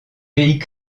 pays